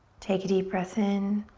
take a deep breath in.